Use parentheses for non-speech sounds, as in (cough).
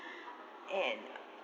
(breath) and